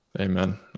Amen